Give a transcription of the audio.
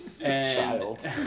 Child